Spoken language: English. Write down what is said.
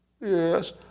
yes